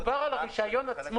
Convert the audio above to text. מדובר על הרישיון עצמו.